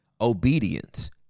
obedience